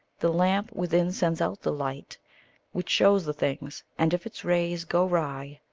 the lamp within sends out the light which shows the things and if its rays go wry,